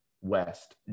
West